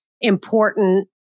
important